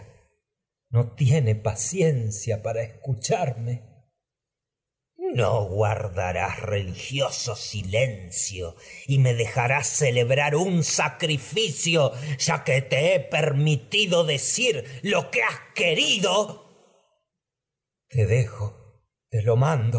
lo que paciencia para escucharme clitemnestra me no un guardarás religioso silencio ya que y dejarás celebrar que sacrificio te he permiti do decir lo has querido electra te a dejo te lo mando